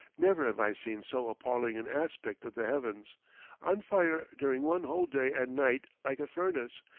never have i seen so appalling an aspect of the heavens on fire during one whole day and night like a furnace,